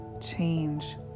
change